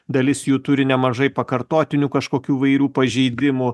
dalis jų turi nemažai pakartotinių kažkokių įvairių pažeidimų